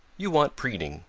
you want preening,